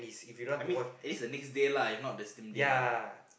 I mean it's the next day lah it's not the same day lah